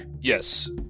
Yes